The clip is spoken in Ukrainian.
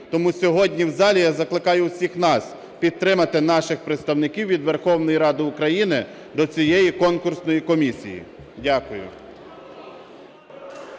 Тому сьогодні в залі я закликаю усіх нас підтримати наших представників від Верховної Ради України до цієї конкурсної комісії. Дякую.